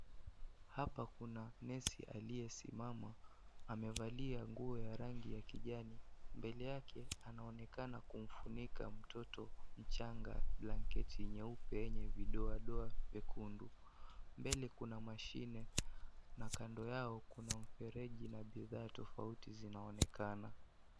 Hapa Kuna nesi aliye simama, amevalia nguo ya rangi ya kijani, mbele yake anaonekana kumfunika mtoto mchanga blanketi nyeupe yenye vidoadia nyekundu. Mbele Kuna mashine na kando yao Kuna mfereji na bidhaa tofauti zinaonekana.